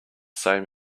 same